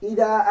Ida